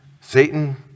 Satan